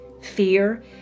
fear